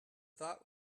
thought